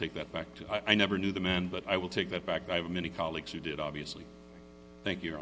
take that back to i never knew the man but i will take that back i have many colleagues who did obviously thank you